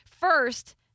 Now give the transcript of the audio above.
First